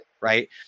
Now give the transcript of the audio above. right